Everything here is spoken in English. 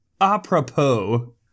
apropos